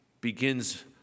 begins